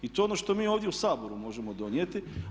I to je ono što mi ovdje u Saboru možemo donijeti.